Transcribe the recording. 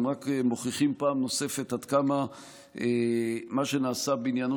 הם רק מוכיחים פעם נוספת עד כמה מה שנעשה בעניינו